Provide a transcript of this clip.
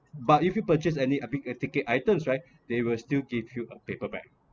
but if you purchase any a big uh ticket items right they will still give you a paper bag